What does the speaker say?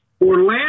Orlando